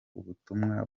ubutumwa